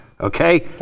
Okay